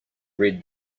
red